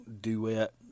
duet